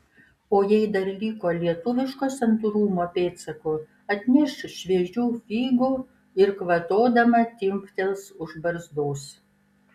o jei dar liko lietuviško santūrumo pėdsakų atneš šviežių figų ir kvatodama timptels už barzdos